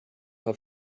had